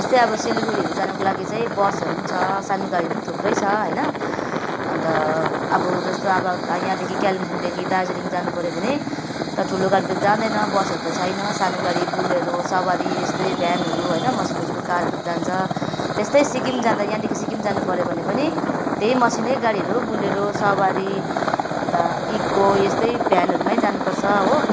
जस्तै अब सिलगडीहरू जानको लागि चाहिँ बसहरू पनि छ सानो गाडीहरू पनि थुप्रै छ होइन अन्त अब जस्तो अब यहाँदेखि कालिम्पोङदेखि दार्जिलिङ जानु पऱ्यो भने त ठुलो गाडी त जाँदैन बसहरू त छैन सानो गाडी बोलेरो सवारी यस्तै भ्यानहरू होइन मसिनो मसिनो कारहरू जान्छ त्यस्तै सिक्किम जाँदा यहाँदेखि सिक्किम जानु पऱ्यो भने पनि त्यही मसिनै गाडीहरू बोलेरो सवारी अन्त इको यस्तै भ्यानहरूमै जानु पर्छ हो